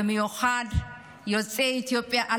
במיוחד של יוצאי אתיופיה.